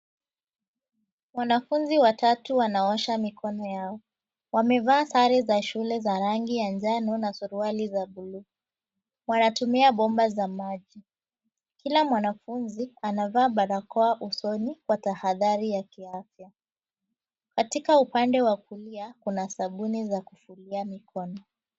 Wanafunzi watatu wanaosha mikono yao. Wamevaa sare za shule za rangi ya njano na suruali za buluu. Wanatumia bomba za maji. Kila mwanafunzi, anavaa barakoa usoni kwa tahadhari ya kiafya. Katika upande wa kulia, kuna sabuni za kufulia mikono.